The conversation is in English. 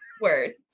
Word